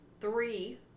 three